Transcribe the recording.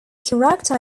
character